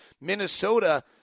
Minnesota